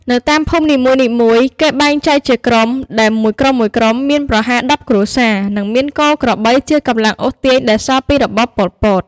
នៅតាមភូមិនីមួយៗ គេបែងចែកជាក្រុមដែលមួយក្រុមៗមានប្រហែល ១០គ្រួសារ និងមានគោ ក្របី ជា កម្លាំងអូសទាញដែលសល់ពីរបប ប៉ុល ពត។